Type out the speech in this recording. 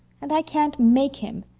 and i can't make him.